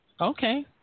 Okay